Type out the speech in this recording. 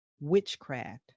witchcraft